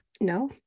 no